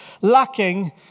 lacking